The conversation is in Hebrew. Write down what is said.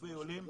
אלפי עולים,